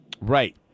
Right